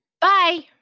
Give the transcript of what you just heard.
Bye